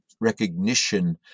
recognition